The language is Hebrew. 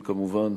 כמובן,